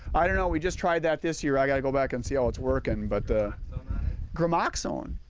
i don't know we just tried that this year, i gotta go back and see how its' working but gramoxone.